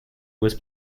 was